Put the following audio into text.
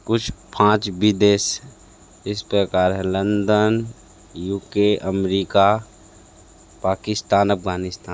कुछ पाँच विदेश इस प्रकार हैं London U K America Pakistan Afghanistan